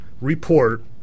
report